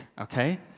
okay